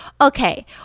okay